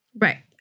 Right